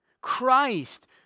Christ